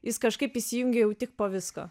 jis kažkaip įsijungia jau tik po visko